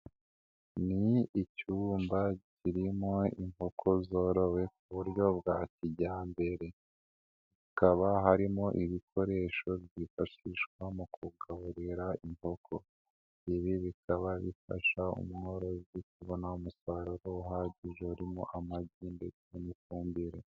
Ni icyumba kirimo inkoko zorowe ku buryo bwa kijyambere, hakaba harimo ibikoresho byifashishwa mu kugaburira inkoko, ibi bikaba bifasha umworozi kubona umusaruro uhagije urimo amagi ndetse n'ifumbire.